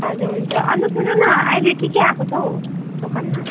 हजुर हुन्छ अनि त सुन्नु न अहिले के के आएको छ हो दोकानमा